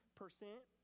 percent